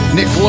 Nick